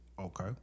Okay